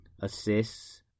assists